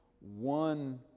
one